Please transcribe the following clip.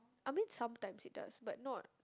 I mean sometimes it does but not